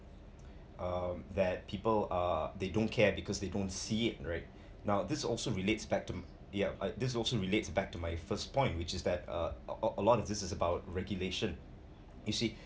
um that people uh they don't care because they don't see it right now this also relates back to ya this also relates back to my first point which is that uh a a lot of this is about regulation do you see